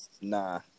nah